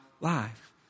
life